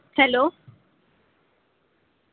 hello